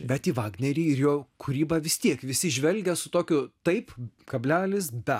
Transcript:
bet į vagnerį ir jo kūrybą vis tiek visi žvelgia su tokiu taip kablelis bet